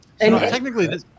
Technically